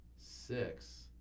Six